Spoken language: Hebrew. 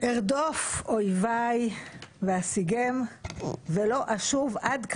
ארדוף אויביי ואשיגם ולא אשוב עד כלותם.